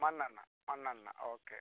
മണ്ണെണ്ണ മണ്ണെണ്ണ ഓക്കെ